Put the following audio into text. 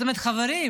זאת אומרת, חברים,